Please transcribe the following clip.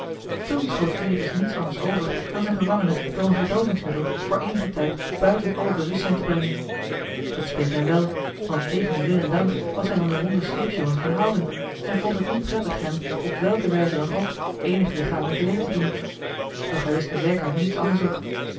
toen schoot veritas niets anders over dan zijn gevangene door een verdoovingsmiddel voor eenigen tijd buiten alle bewustzijn te brengen het speet hem wel want tegen wil en dank was hij van den ronden scheepsjongen gaan houden en vond het niet prettig hem op welke wijze dan ook eenig lichamelijk leed te doen doch hij wist er werkelijk niets anders op